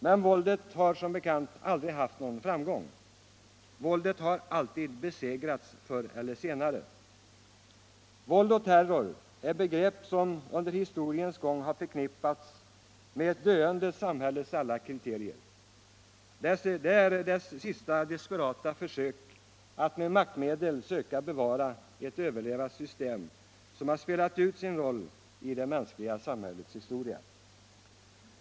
Men våldet har aldrig haft någon framgång. Våldet har alltid förr eller senare besegrats. Våld och terror är begrepp som under historiens gång har förknippats med ett döende samhälles alla kriterier. Det är dess sista desperata försök att med maktmedel bevara ett system som har spelat ut sin roll i det mänskliga samhällets historia.